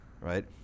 Right